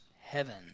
heaven